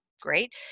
great